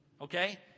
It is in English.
Okay